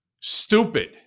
stupid